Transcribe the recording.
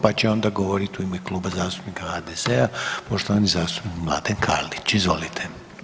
Pa će onda govorit u ime Kluba zastupnika HDZ-a poštovani zastupnik Mladen Karlić, izvolite.